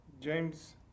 James